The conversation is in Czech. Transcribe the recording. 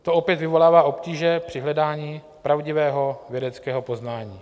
To opět vyvolává obtíže při hledání pravdivého vědeckého poznání.